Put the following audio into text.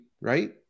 right